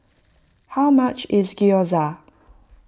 how much is Gyoza